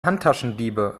handtaschendiebe